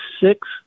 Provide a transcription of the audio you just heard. six